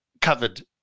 covered